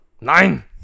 Nein